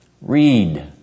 read